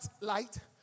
light